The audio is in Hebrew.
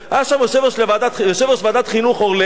היה שם יושב-ראש ועדת החינוך, זבולון אורלב,